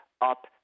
up